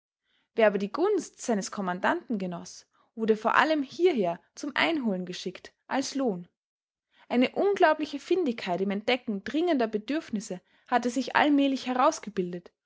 wer aber die gunst seines kommandanten genoß wurde vor allem hierher zum einholen geschickt als lohn eine unglaubliche findigkeit im entdecken dringender bedürfnisse hatte sich allmählich herausgebildet